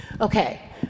Okay